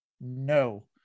no